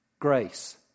Grace